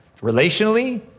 relationally